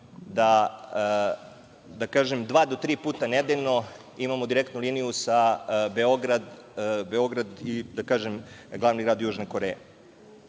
da, da kažem, dva do tri puta nedeljno imamo direktnu liniju Beograd i glavni grad Južne Koreje.